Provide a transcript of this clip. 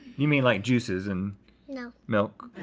you mean like juices and you know milk?